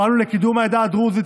פעלנו לקידום העדה הדרוזית,